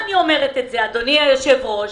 תצביע עבורו.